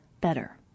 better